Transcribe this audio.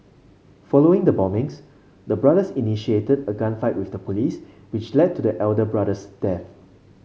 following the bombings the brothers initiated a gunfight with the police which led to the elder brother's death